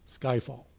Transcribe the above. Skyfall